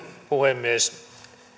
puhemies